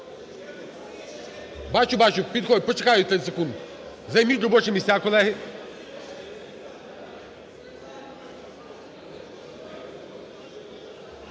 Бачу, бачу. Підходьте. Почекаю 30 секунд. Займіть робочі місця, колеги.